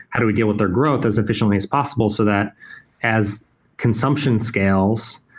how do we deal with their growth as efficiently as possible so that as consumption scales,